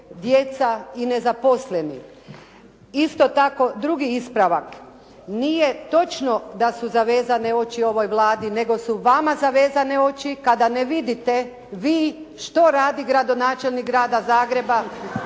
djeca i nezaposleni. Isto tako, drugi ispravak. Nije točno da su zavezane oči ovoj Vladi nego su vama zavezane oči kada ne vidite vi što radi gradonačelnik Grada Zagreba